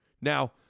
Now